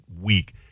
week